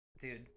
dude